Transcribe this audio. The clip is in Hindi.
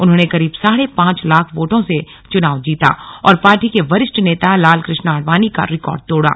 उन्होंने करीब साढ़े पांच लाख वोटों से चुनाव जीता और पार्टी के वरिष्ठ नेता लालकृष्ण आडवाणी का रिकॉर्ड तोड़ा